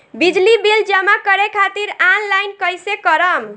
बिजली बिल जमा करे खातिर आनलाइन कइसे करम?